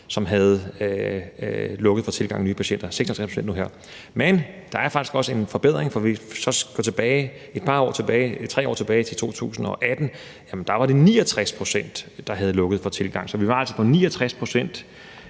der havde lukket for tilgang af nye patienter. Men der er faktisk også en forbedring, for hvis vi så går 3 år tilbage, til 2018, var det 69 pct., der havde lukket for tilgang, så det var altså på 69 pct.,